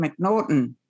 McNaughton